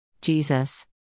Jesus